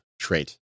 trait